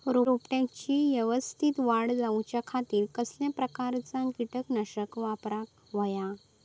रोपट्याची यवस्तित वाढ जाऊच्या खातीर कसल्या प्रकारचा किटकनाशक वापराक होया?